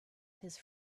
his